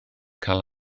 cael